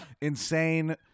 insane